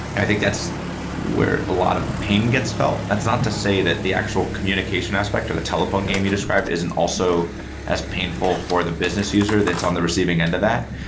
i think that's where a lot of pain gets felt. that's not to say that the actual communication aspect or the telephone game you described isn't also as painful for the business user that's on the receiving end of that.